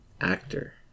actor